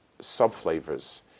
subflavors